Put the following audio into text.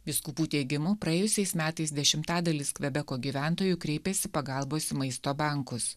vyskupų teigimu praėjusiais metais dešimtadalis kvebeko gyventojų kreipėsi pagalbos į maisto bankus